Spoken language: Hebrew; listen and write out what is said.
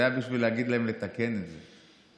זה היה בשביל להגיד להם לתקן את זה,